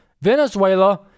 Venezuela